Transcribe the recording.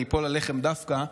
אני אפול עליכם דווקא,